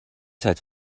seit